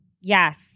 yes